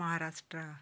Maharashtra